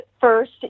first